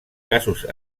casos